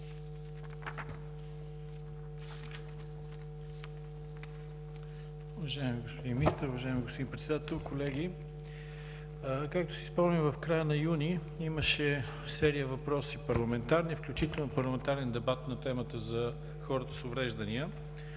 Уважаеми господин Министър, уважаеми господин Председател, колеги! Както си спомням, в края на юни имаше серия парламентарни въпроси, включително парламентарен дебат на темата за хората с увреждания,